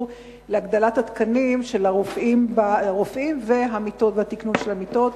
להגדלת התקנים של הרופאים והתקנון של המיטות.